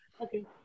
Okay